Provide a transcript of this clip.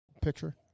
picture